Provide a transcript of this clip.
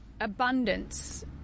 abundance